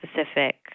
specific